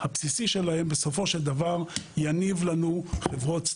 היינו באוניברסיטת